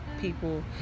people